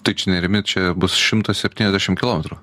tai čia nerimi čia bus šimtas septyniasdešim kilometrų